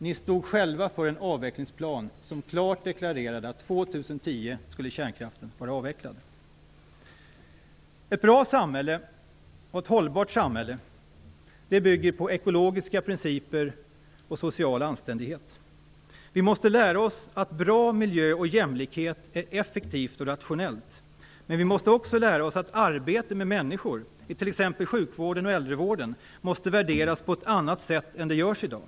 Ni stod själva för en avvecklingsplan som klart deklarerade att år 2010 skulle kärnkraften vara avvecklad. Ett bra samhälle och ett hållbart samhälle bygger på ekologiska principer och på social anständighet. Vi måste lära oss att det är effektivt och rationellt med en bra miljö och med jämlikhet. Vi måste också lära oss att arbete med människor i t.ex. sjukvården och äldrevården skall värderas på ett annat sätt än vad som görs i dag.